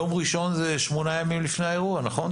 יום ראשון זה שמונה ימים לפני האירוע, נכון?